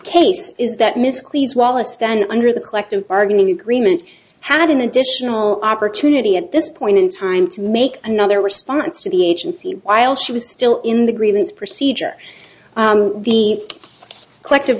case is that misleads wallace then under the collective bargaining agreement had an additional opportunity at this point in time to make another response to the agency while she was still in the grievance procedure the collective